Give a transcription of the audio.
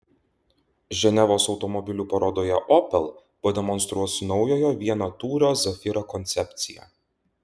ženevos automobilių parodoje opel pademonstruos naujojo vienatūrio zafira koncepciją